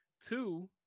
Two